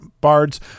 Bards